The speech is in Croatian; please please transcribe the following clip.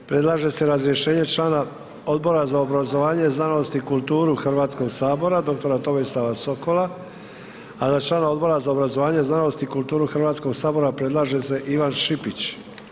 Predlaže se razrješenje člana Odbora za obrazovanje, znanost i kulturu Hrvatskog sabora dr. Tomislava Sokola a za člana Odbora za obrazovanje, znanost i kulturu Hrvatskog sabora predlaže se Ivan Šipić.